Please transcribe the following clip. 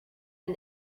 and